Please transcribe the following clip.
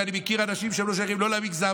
ואני מכיר אנשים שהם לא שייכים לא למגזר,